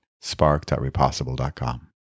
spark.repossible.com